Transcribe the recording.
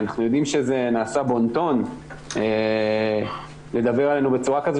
אנחנו יודעים שזה נעשה בון טון לדבר עלינו בצורה כזאת